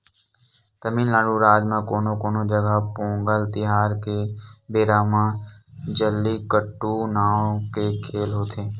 तमिलनाडू राज म कोनो कोनो जघा पोंगल तिहार के बेरा म जल्लीकट्टू नांव के खेल होथे